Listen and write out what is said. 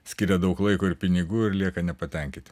skiria daug laiko ir pinigų ir lieka nepatenkinti